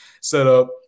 setup